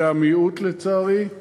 זה המיעוט לצערי,